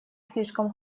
слишком